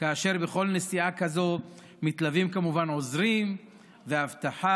ובכל נסיעה כזאת מתלווים כמובן עוזרים ואבטחה,